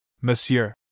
Monsieur